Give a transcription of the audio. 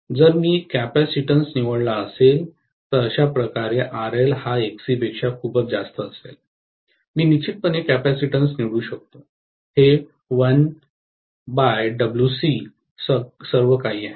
जर मी कॅपेसिटन्स निवडला असेल तर अशा प्रकारे RL हा XC पेक्षा खूपच जास्त असेल मी निश्चितपणे कॅपेसिटन्स निवडू शकतो हे सर्व काही आहे